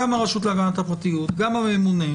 גם הרשות להגנת הפרטיות וגם הממונה,